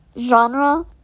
Genre